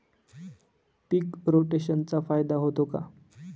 पीक रोटेशनचा फायदा होतो का?